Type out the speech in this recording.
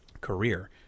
career